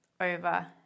over